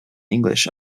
english